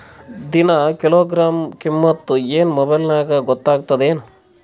ದಿನಾ ಕಿಲೋಗ್ರಾಂ ಕಿಮ್ಮತ್ ಏನ್ ಮೊಬೈಲ್ ನ್ಯಾಗ ಗೊತ್ತಾಗತ್ತದೇನು?